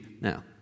now